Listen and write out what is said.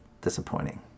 disappointing